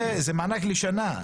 זה מענק לשנה.